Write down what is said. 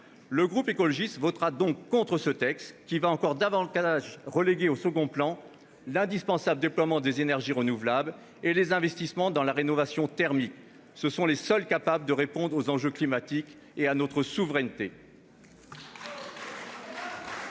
et Territoires votera contre ce texte, qui reléguera encore davantage au second plan l'indispensable déploiement des énergies renouvelables et les investissements dans la rénovation thermique, seuls capables de répondre aux enjeux climatiques et de souveraineté.